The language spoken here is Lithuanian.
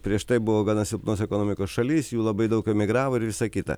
prieš tai buvo gana silpnos ekonomikos šalis jų labai daug emigravo ir visa kita